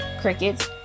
crickets